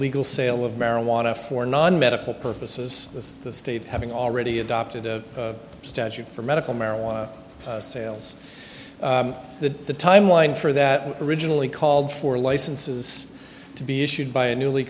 legal sale of marijuana for non medical purposes the state having already adopted a statute for medical marijuana sales that the timeline for that originally called for licenses to be issued by a newly